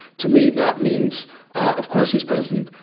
to me, that means of course he's president,